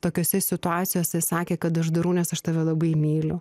tokiose situacijose sakė kad aš darau nes aš tave labai myliu